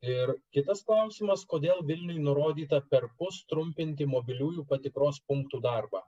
ir kitas klausimas kodėl vilniui nurodyta perpus trumpinti mobiliųjų patikros punktų darbą